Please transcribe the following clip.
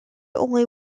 only